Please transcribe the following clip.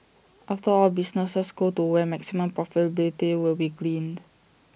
after all businesses go to where maximum profitability will be gleaned